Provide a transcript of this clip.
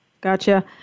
Gotcha